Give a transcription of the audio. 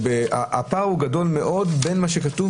הפער גדול מאוד בין מה שכתוב